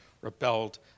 rebelled